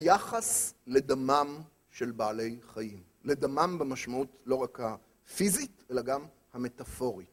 יחס לדמם של בעלי חיים, לדמם במשמעות לא רק הפיזית אלא גם המטאפורית.